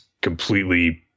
completely